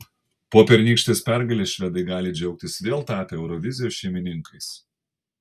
po pernykštės pergalės švedai gali džiaugtis vėl tapę eurovizijos šeimininkais